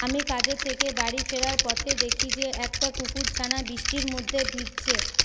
আমি কাজের থেকে বাড়ি ফেরার পথে দেখি যে একটা কুকুর ছানা বৃষ্টির মধ্যে ভিজছে